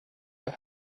were